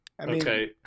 Okay